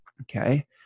okay